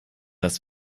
das